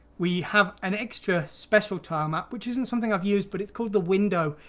we have an extra special tile map which isn't something i've used. but it's called the window.